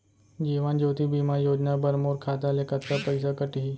जीवन ज्योति बीमा योजना बर मोर खाता ले कतका पइसा कटही?